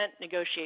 negotiate